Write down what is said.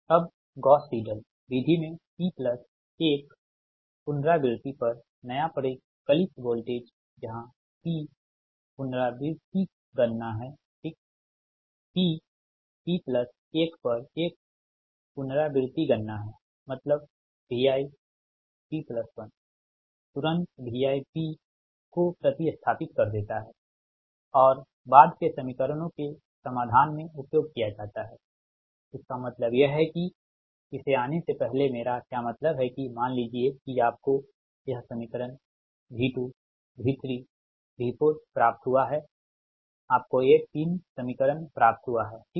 अब Gauss Seidel विधि में P प्लस 1 पुनरावृत्ति पर नया परिकलित वोल्टेज जहां P पुनरावृत्ति गणना है ठीक P P प्लस 1 पर एक पुनरावृत्ति गणना है मतलब Vip 1 तुरंत Vipको प्रति स्थापित कर देता है और बाद के समीकरणों के समाधान में उपयोग किया जाता है इसका मतलब यह है कि इसे आने से पहले मेरा क्या मतलब है कि मान लीजिए कि आपको यह समीकरण V2 V3 V4 प्राप्त हुआ है आपको ये 3 समीकरण प्राप्त हुआ हैं ठीक